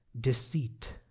deceit